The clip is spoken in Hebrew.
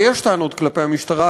ויש טענות כלפי המשטרה,